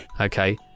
Okay